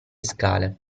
scale